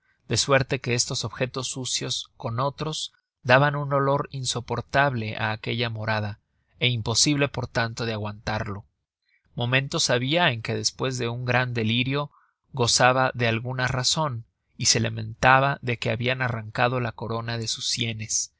de suerte que estos objetos sucios con otros daban un olor insoportable á aquella morada é imposible por tanto de aguantarlo momentos habia en que despues de un gran delirio gozaba de alguna razon y se lamentaba de que habian arrancado la corona de sus sienes